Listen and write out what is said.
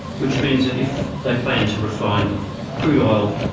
which means that if they plan to refine crude oil,